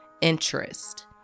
interest